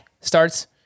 starts